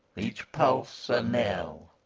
each pulse, a knell.